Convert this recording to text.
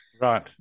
right